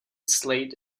slate